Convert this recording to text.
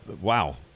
wow